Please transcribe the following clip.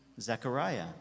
Zechariah